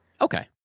Okay